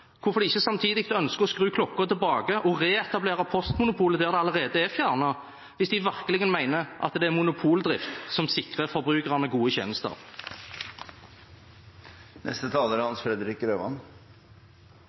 der det allerede er fjernet, hvis de virkelig mener at det er monopoldrift som sikrer forbrukerne gode tjenester. Det primære målet på postområdet er